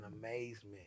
amazement